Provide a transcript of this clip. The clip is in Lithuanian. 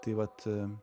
tai vat